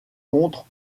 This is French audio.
contre